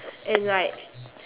and like